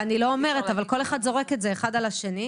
אני לא אומרת, אבל כל אחד זורק את זה אחד על השני.